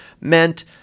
meant